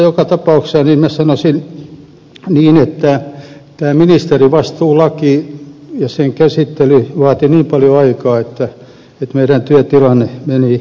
joka tapauksessa minä sanoisin niin että tämä ministerivastuulaki ja sen käsittely vaativat niin paljon aikaa että meidän työtilanteemme meni sekaisin